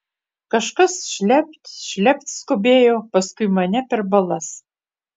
kažkas šlept šlept skubėjo paskui mane per balas